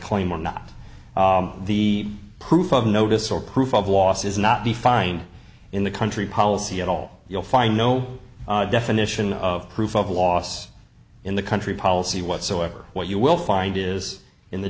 claim or not the proof of notice or proof of loss is not defined in the country policy at all you'll find no definition of proof of loss in the country policy whatsoever what you will find is in the